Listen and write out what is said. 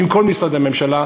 ועם כל משרדי הממשלה,